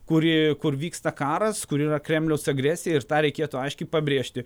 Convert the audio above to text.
kuri kur vyksta karas kur yra kremliaus agresija ir tą reikėtų aiškiai pabrėžti